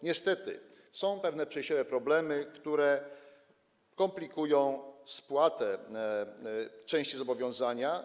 Niestety są pewne przejściowe problemy, które komplikują spłatę części zobowiązania.